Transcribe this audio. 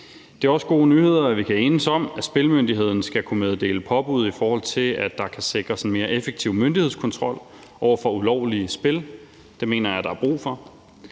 Det er også gode nyheder, at vi kan enes om, at spillemyndigheden skal kunne meddele påbud, i forhold til at der kan sikres en mere effektiv myndighedskontrol over for ulovlige spil. Det mener jeg der er brug for.